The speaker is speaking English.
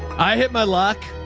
i hit my luck.